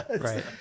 Right